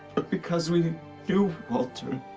but because we knew walter,